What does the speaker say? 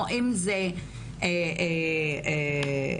או אם זה אשתו,